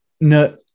No